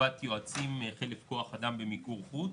לטובת יועצים, חלק הם כוח אדם במיקור חוץ,